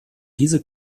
diese